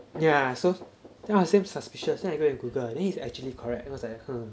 yeah so then I was damn suspicious then I go and google but then is actually correct then was like hmm